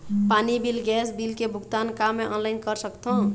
पानी बिल गैस बिल के भुगतान का मैं ऑनलाइन करा सकथों?